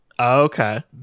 Okay